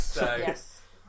Yes